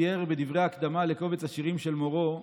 תיאר בדברי ההקדמה לקובץ השירים של מורו,